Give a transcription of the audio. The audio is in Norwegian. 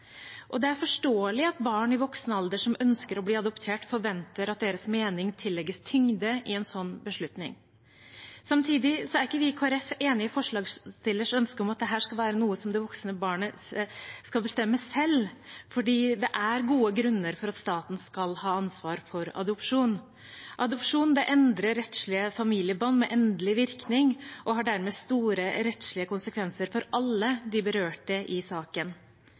viktig. Det er forståelig at barn i voksen alder som ønsker å bli adoptert, forventer at deres mening tillegges tyngde i en sånn beslutning. Samtidig er ikke vi i Kristelig Folkeparti enig i forslagsstillers ønske om at dette skal være noe som det voksne barnet skal bestemme selv, for det er gode grunner for at staten skal ha ansvar for adopsjon. Adopsjon endrer rettslige familiebånd med endelig virkning og har dermed store rettslige konsekvenser for alle de berørte i saken.